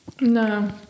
No